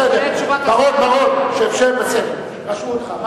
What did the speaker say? בסדר, שב, רשמו אותך.